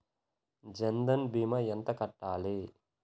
జన్ధన్ భీమా ఎంత కట్టాలి?